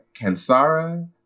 Kansara